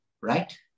right